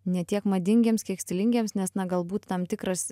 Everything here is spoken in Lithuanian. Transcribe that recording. ne tiek madingiems kiek stilingiems nes na galbūt tam tikras